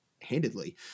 handedly